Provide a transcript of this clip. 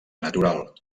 natural